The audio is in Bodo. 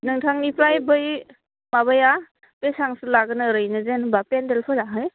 नोंथांनिफ्राय बै माबाया बेसांसो लागोन ओरैनो जेन'बा पेन्डेल फोराहाय